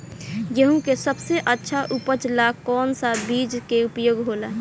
गेहूँ के सबसे अच्छा उपज ला कौन सा बिज के उपयोग होला?